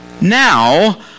Now